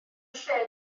lle